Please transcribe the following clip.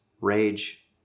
rage